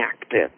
active